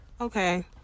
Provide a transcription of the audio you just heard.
Okay